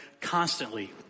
constantly